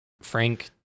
frank